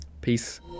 Peace